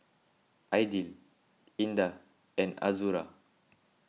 Aidil Indah and Azura